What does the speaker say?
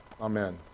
Amen